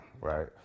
right